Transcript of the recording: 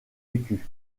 écu